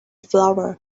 flower